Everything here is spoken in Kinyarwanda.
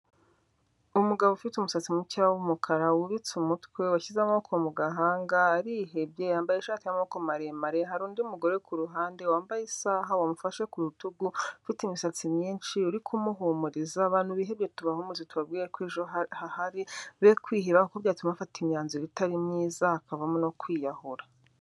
Umugabo ufite umusatsi muke w'umukara wubitse umutwe, washyize amaboko mu gahanga. Arihebye. Yambaye ishati y'amaboko maremare. Hari undi mugore ku ruhande wambaye isaha, wamufashe ku rutugu, ufite imisatsi myinshi, urikumuhumuriza. Abantu bihebye tubahumurize tubabwire ko ejo hahari be kwiheba ko byatuma bafata imyanzuro itari myiza hakavamo no kwiyahura.